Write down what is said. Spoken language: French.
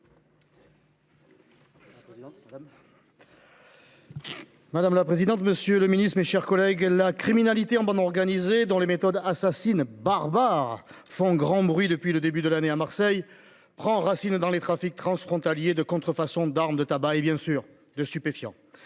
Madame la présidente. Monsieur le Ministre, mes chers collègues, la criminalité en bande organisée dans les méthodes assassinat barbare font grand bruit depuis le début de l'année à Marseille prend racine dans les trafics transfrontaliers de contrefaçon d'armes de tabac et bien sûr de stupéfiants.